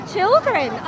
children